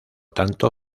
tanto